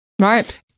Right